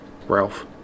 Ralph